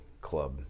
club